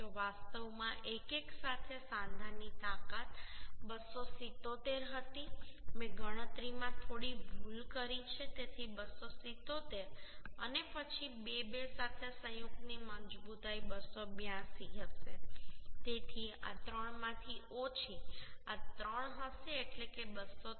તો વાસ્તવમાં 1 1 સાથે સાંધાની તાકાત 277 હતી મેં ગણતરી માં થોડી ભૂલ કરી છે તેથી 277 અને પછી 2 2 સાથે સંયુક્તની મજબૂતાઈ 282 હશે તેથી આ ત્રણમાંથી ઓછી આ ત્રણ હશે એટલે કે 203